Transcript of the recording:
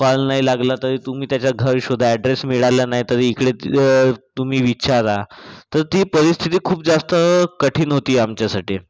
call नाही लागला तरी तुम्ही त्याचा घर शोधा ॲड्रेस मिळाला नाही तरी इकडे तुम्ही विचारा तर ती परिस्थिती खूप जास्त कठीण होती आमच्यासाठी